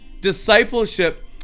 Discipleship